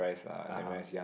(uh huh)